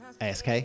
ASK